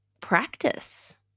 practice